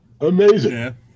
Amazing